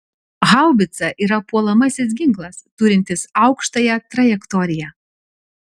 haubica yra puolamasis ginklas turintis aukštąją trajektoriją